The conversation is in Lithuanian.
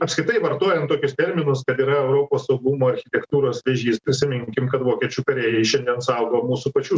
apskritai vartojant tokius terminus kad yra europos saugumo architektūros vėžys prisiminkim kad vokiečių kariai šiandien saugo mūsų pačių